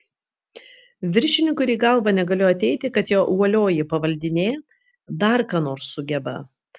viršininkui ir į galvą negalėjo ateiti kad jo uolioji pavaldinė dar ką nors sugeba